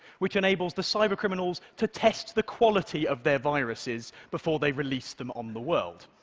which enables the cybercriminals to test the quality of their viruses before they release them on the world.